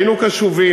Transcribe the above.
היינו קשובים,